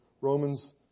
Romans